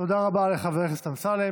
תודה רבה לחבר הכנסת אמסלם.